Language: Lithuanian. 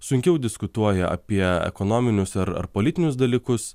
sunkiau diskutuoja apie ekonominius ar ar politinius dalykus